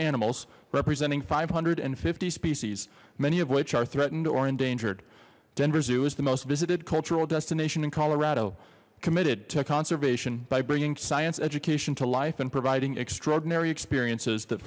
animals representing five hundred and fifty species many of which are threatened or endangered denver zoo is the most visited cultural destination in colorado committed to conservation by bringing science education to life and providing extraordinary experiences that